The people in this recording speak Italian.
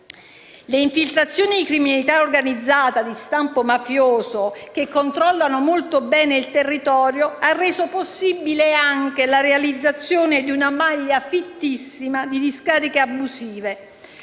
L'infiltrazione della criminalità organizzata di stampo mafioso, che controlla molto bene il territorio, ha reso possibile anche la realizzazione di una maglia fittissima di discariche abusive.